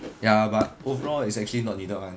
ya but overall it's actually not needed one